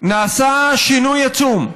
נעשה שינוי עצום,